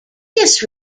this